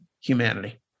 humanity